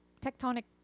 tectonic